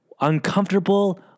uncomfortable